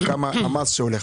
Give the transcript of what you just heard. כותב לך מה גובה המס.